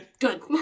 Good